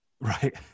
Right